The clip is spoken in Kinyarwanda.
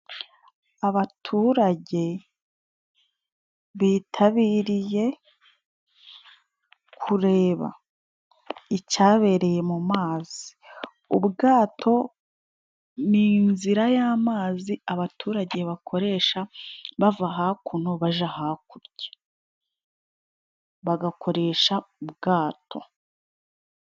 Abaturage bitabiriye kureba icyabereye mu mazi ,ubwato ni inzira y' amazi abaturage bakoresha bava hakuno baja hakurya bagakoresha ubwato.